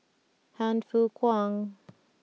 Han Fook Kwang